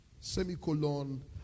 Semicolon